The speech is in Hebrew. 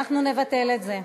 אנחנו נבטל את זה.